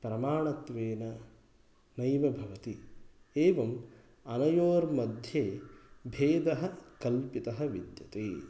प्रमाणत्वेन नैव भवति एवम् अनयोर्मध्ये भेदः कल्पितः विद्यते